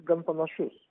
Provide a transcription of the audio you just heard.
gan panašus